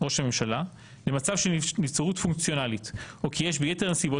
ראש הממשלה למצב של נבצרות פונקציונאלית או כי יש ביתר הנסיבות